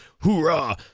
hoorah